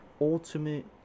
ultimate